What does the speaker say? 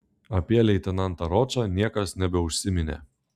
apie leitenantą ročą niekas nebeužsiminė